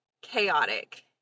chaotic